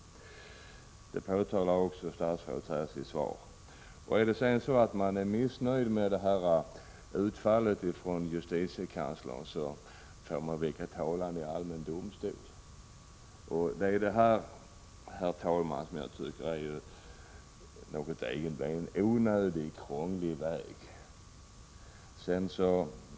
Det påtalar också statsrådet i sitt svar. Är man missnöjd med utfallet från justitiekanslern, får man väcka talan i allmän domstol. Det är detta, herr talman, som jag tycker är en onödigt krånglig väg.